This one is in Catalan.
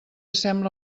sembla